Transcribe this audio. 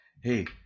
hey